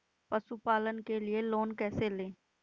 पशुपालन के लिए लोन कैसे लें?